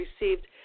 received